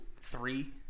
three